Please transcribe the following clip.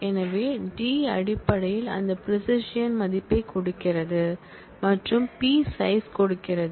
எனவே d அடிப்படையில் அந்த ப்ரிசிஷியன் மதிப்பைக் கொடுக்கிறது மற்றும் p சைஸ் கொடுக்கிறது